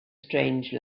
strange